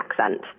accent